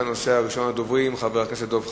ראשון הדוברים, חבר הכנסת דב חנין,